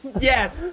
Yes